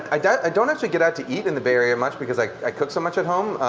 i don't i don't actually get out to eat in the bay area much, because i i cook so much at home.